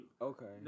Okay